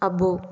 అబ్బో